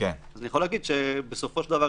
אני יכול להגיד שבסופו של דבר,